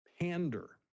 pander